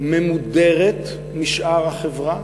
ממודרת משאר החברה,